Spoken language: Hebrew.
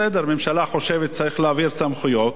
בסדר, הממשלה חושבת שצריך להעביר סמכויות,